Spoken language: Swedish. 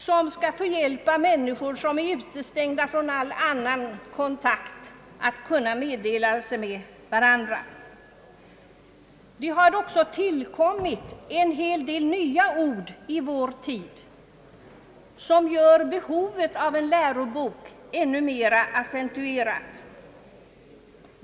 Det har också tillkommit en hel del nya ord, nya begrepp i vår tid för vilka även åtbördskunniga döva står helt främmande. Detta accentuerar ytterligare behovet av denna lärobok.